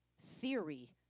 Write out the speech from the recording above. theory